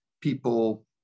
people